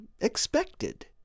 expected